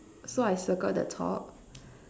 so I circle the top